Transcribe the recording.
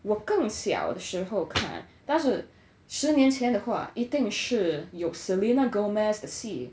我更小的时候看但是十年前的话一定是有 selena gomez 的戏